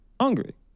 hungry